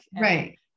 Right